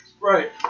Right